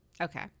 Okay